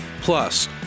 Plus